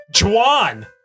Juan